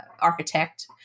architect